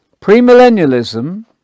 premillennialism